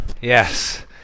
yes